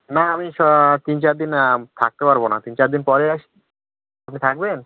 না আমি স তিন চার দিন থাকতে পারবো না তিন চার দিন পরে আসি তুমি থাকবেন